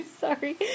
Sorry